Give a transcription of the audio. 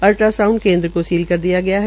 ultrasound केनद्र को सील कर दिया गया है